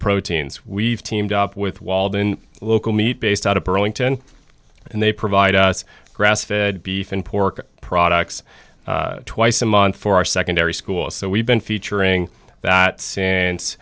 proteins we've teamed up with walden local meat based out of pearlington and they provide us grass fed beef and pork products twice a month for our secondary schools so we've been featuring that s